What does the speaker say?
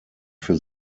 für